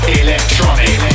electronic